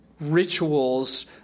rituals